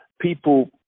People